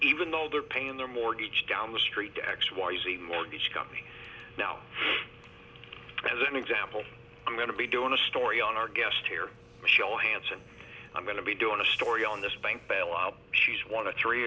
even though they're paying the mortgage down the street x y z mortgage company now as an example i'm going to be doing a story on our guest here michelle hanson i'm going to be doing a story on this bank bailout she's one of three